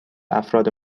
افراد